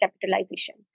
capitalization